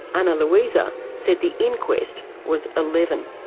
ana luisa said the inquest was eleven.